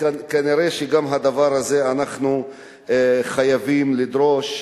כנראה גם את הדבר הזה אנחנו חייבים לדרוש,